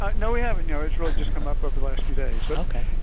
um no, we haven't no, it's really just come up over last few days. but. ok.